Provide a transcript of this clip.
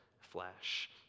flesh